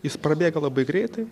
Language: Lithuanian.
jis prabėga labai greitai